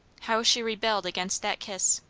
how she rebelled against that kiss!